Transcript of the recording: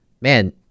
man